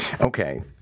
Okay